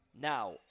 now